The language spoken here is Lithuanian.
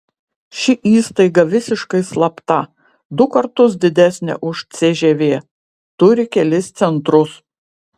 ši įstaiga visiškai slapta du kartus didesnė už cžv turi kelis centrus